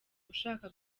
ushaka